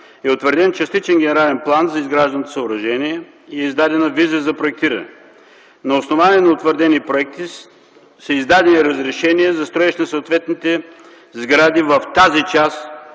е утвърден частичен генерален план за изгражданото съоръжение, и е издадена виза за проектиране. На основание на утвърдени проекти са издадени разрешения за строеж на съответните сгради в тази част